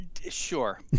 sure